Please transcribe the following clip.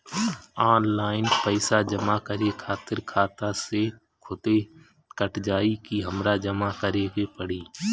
Online पैसा जमा करे खातिर खाता से खुदे कट जाई कि हमरा जमा करें के पड़ी?